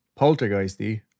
poltergeisty